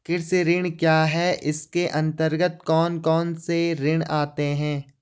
कृषि ऋण क्या है इसके अन्तर्गत कौन कौनसे ऋण आते हैं?